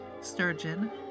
sturgeon